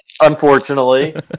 Unfortunately